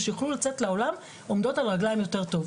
כדי שיוכלו לצאת לעולם עומדות על הרגליים יותר טוב.